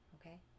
Okay